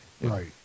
Right